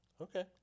Okay